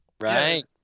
Right